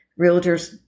realtors